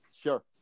sure